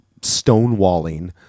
stonewalling